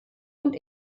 und